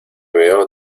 veo